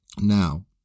Now